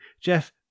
jeff